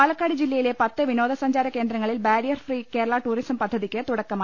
പാലക്കാട് ജില്ലയിലെ പത്ത് വിനോദസഞ്ചാര കേന്ദ്രങ്ങളിൽ ബാരിയർ ഫ്രീ കേരള ടൂറിസം പദ്ധതിക്ക് തുടക്കമായി